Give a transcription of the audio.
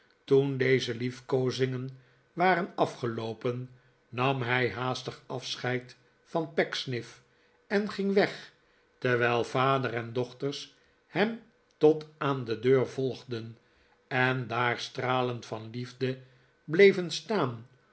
toen deze liefkoozingen waren afgeloopen nam hij haastig afscheid van pecksniff en ging weg terwijl vader en dochtej s hem tot aan de deur volgden en daar stralend van liefde bleven staan